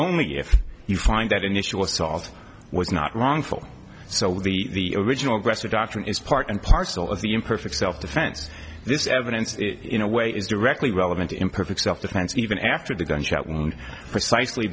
only if you find that initial assault was not wrongful so the original aggressor doctrine is part and parcel of the imperfect self defense this evidence is in a way is directly relevant to imperfect self defense even after the gunshot wound precisely